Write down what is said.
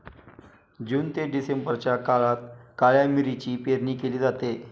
जून ते डिसेंबरच्या काळात काळ्या मिरीची पेरणी केली जाते